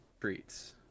treats